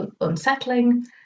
unsettling